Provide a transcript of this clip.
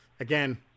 Again